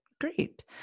great